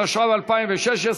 התשע"ו 2016,